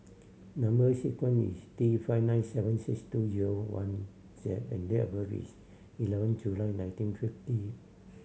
number sequence is T five nine seven six two zero one Z and date of birth is eleven July nineteen fifty